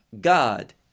God